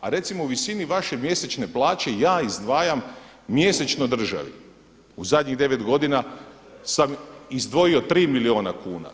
A recimo o visini vaše mjesečne plaće ja izdvajam mjesečno državi u zadnjih 9 godina sam izdvojio tri milijuna kuna.